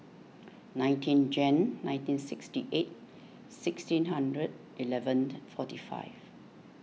nineteen Jan nineteen sixty eight sixteen hundred eleven and forty five